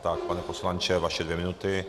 Tak, pane poslanče, vaše dvě minuty.